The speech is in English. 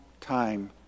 time